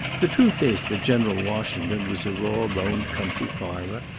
the truth is that general washington was a raw-boned country farmer,